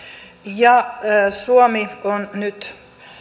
ja suomi on nyt